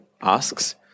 asks